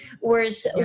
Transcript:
whereas